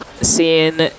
seeing